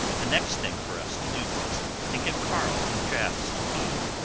the next thing for us to do was to give carl and jaf some food,